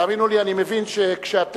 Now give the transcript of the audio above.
תאמינו לי, אני מבין שכשאתם